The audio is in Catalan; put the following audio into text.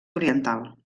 oriental